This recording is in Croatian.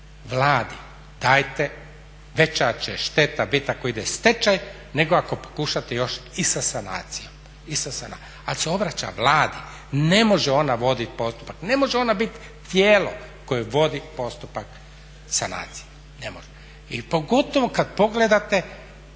Vladi, dajte veća će šteta biti ako ide stečaj nego ako pokušate još i sa sanacijom. Ali se obraća Vladi, ne može ona voditi postupak, ne može ona biti tijelo koje vodi postupak sanacije, ne može. I pogotovo kada pogledate